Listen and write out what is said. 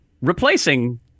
replacing